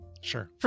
Sure